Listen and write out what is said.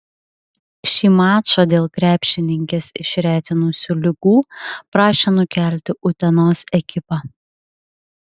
šį mačą dėl krepšininkes išretinusių ligų prašė nukelti utenos ekipa